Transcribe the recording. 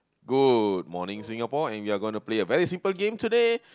good morning Singapore and we are going to play a very simple game today